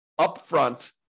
upfront